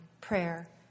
prayer